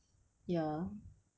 ya